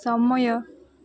ସମୟ